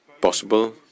possible